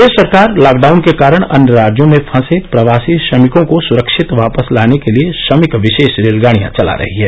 प्रदेश सरकार लॉकडाउन के कारण अन्य राज्यों में फंसे प्रवासी श्रमिकों को सुरक्षित वापस लाने के लिए श्रमिक विशेष रेलगाड़ियां चला रही है